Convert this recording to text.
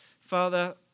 Father